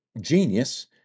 genius